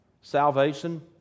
salvation